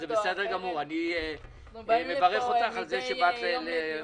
אני מברך אותך על זה שבאת לכאן.